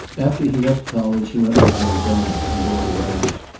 after he left college he went to arizona and bought a ranch,